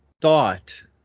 thought